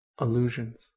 illusions